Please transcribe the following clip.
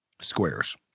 Squares